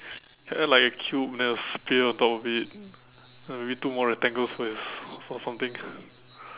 can add like a cube then a spear on top of it then maybe two more rectangles with s~ something